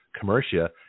Commercia